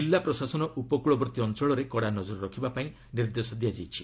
ଜିଲ୍ଲା ପ୍ରଶାସନ ଉପକୂଳବର୍ତ୍ତୀ ଅଞ୍ଚଳରେ କଡ଼ା ନଜର ରଖିବାକୁ ନିର୍ଦ୍ଦେଶ ଦିଆଯାଇଛି